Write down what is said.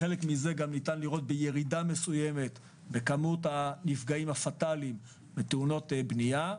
חלק מזה ניתן לראות בירידה מסוימת בכמות הנפגעים הפטאליים בתאונות בניה.